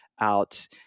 out